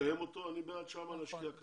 לקיים אותו אני בעד שם להשקיע.